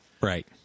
Right